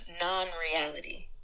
non-reality